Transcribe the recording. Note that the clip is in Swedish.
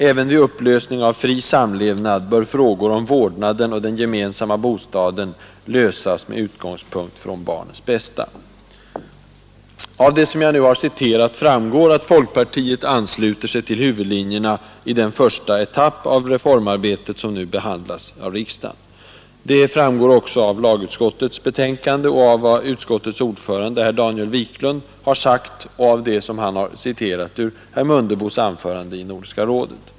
Även vid upplösning av fri samlevnad bör frågor om vårdnaden och den gemen samma bostaden lösas med utgångspunkt från barnens bästa.” Av det jag citerat framgår att folkpartiet ansluter sig till huvudlinjerna i den första etapp av reformarbetet som nu behandlas av riksdagen. Det framgår också av lagutskottets betänkande och av vad utskottets ordförande herr Daniel Wiklund har sagt och av det han återgav av herr Mundebos anförande i Nordiska rådet.